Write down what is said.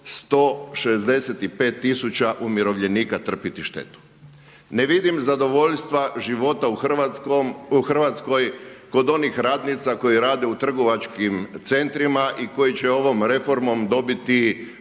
165 tisuća umirovljenika trpjeti štetu. Ne vidim zadovoljstva života u Hrvatskoj kod onih radnica koji rade u trgovačkim centrima i koji će ovom reformom dobiti